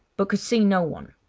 but could see no one.